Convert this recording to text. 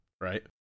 Right